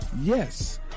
Yes